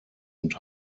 und